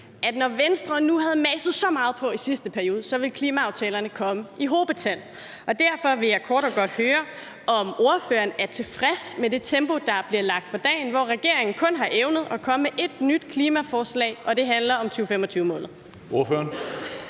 at når Venstre nu havde maset så meget på i sidste periode, ville klimaaftalerne komme i hobetal. Derfor vil jeg kort og godt høre, om ordføreren er tilfreds med det tempo, der bliver lagt for dagen, hvor regeringen kun har evnet at komme med ét nyt klimaforslag, og det handler om 2025-målet.